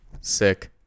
Sick